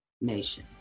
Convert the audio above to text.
nation